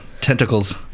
Tentacles